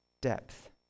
depth